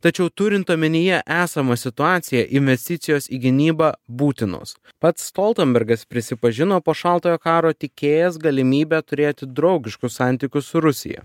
tačiau turint omenyje esamą situaciją investicijos į gynybą būtinos pats stoltenbergas prisipažino po šaltojo karo tikėjęs galimybe turėti draugiškus santykius su rusija